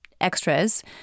extras